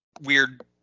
weird